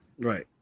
Right